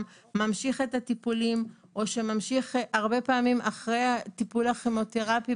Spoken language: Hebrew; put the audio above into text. ממשיך את הטיפולים --- אחרי טיפולי כימותרפיה,